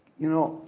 you